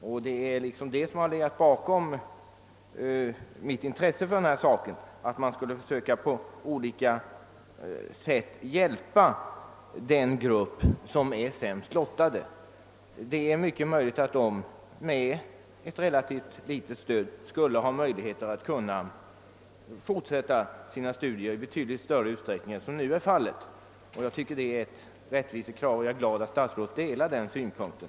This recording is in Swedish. Bakgrunden till mitt intresse för denna fråga är att jag önskar att åt den grupp av barn som är sämst lottad skall ges hjälp på olika sätt. Det är mycket möjligt att sådana barn med ett relativt litet stöd skulle ha möjlighet att fortsätta sina studier i betydligt större utsträckning än vad som nu är fallet. Jag tycker att det är ett rättvisekrav, och jag är glad över att statsrådet delar denna uppfattning.